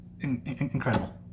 incredible